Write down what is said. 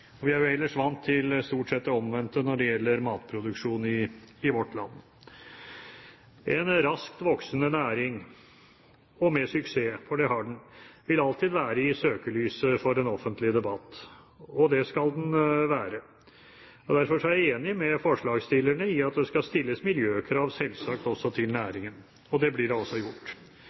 Vi er ellers vant til det omvendte når det gjelder matproduksjon i vårt land. Det er en raskt voksende næring, og med suksess – for det har den. Den vil alltid være i søkelyset for den offentlige debatt, og det skal den være. Derfor er jeg enig med forslagsstillerne i at det selvsagt også skal stilles miljøkrav til næringen. Det blir det også gjort.